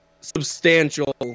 substantial